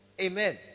Amen